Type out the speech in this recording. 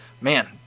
man